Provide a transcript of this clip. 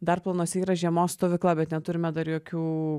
dar planuose yra žiemos stovykla bet neturime dar jokių